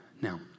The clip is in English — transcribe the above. Now